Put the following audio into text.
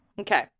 Okay